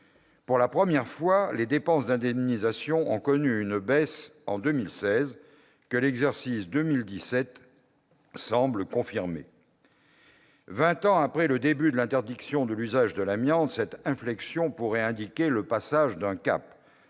Pour la première fois, les dépenses d'indemnisation ont connu en 2016 une baisse, que l'exercice 2017 semble confirmer. Vingt ans après le début de l'interdiction de l'usage de l'amiante, une telle inflexion pourrait indiquer le passage d'un cap